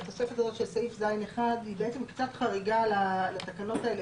התוספת הזאת של סעיף (ז1) היא בעצם קצת חריגה לתקנות האלה.